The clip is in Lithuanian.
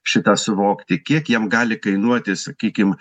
šitą suvokti kiek jam gali kainuoti sakykim